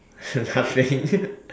surcharge thing